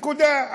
נקודה.